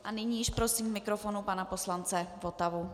A nyní již prosím k mikrofonu panu poslance Votavu.